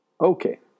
Okay